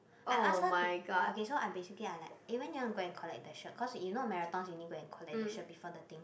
I ask her to okay so I basically I like eh when you want to go and collect the shirt cause you know marathons you need go and collect the shirt before the thing